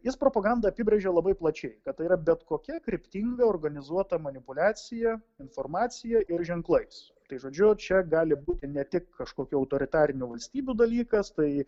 is propagandą apibrėžė labai plačiai kad tai yra bet kokia kryptingai organizuota manipuliacija informacija ir ženklais tai žodžiu čia gali būti ne tik kažkokių autoritarinių valstybių dalykas tai